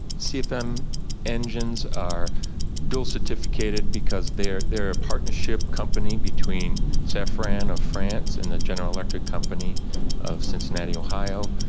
cfm engines are dual-certificated because they're they're a partnership company between safran of france and the general electric company of cincinnati, ohio.